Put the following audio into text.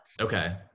Okay